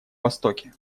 востоке